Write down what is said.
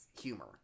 humor